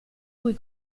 cui